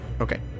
Okay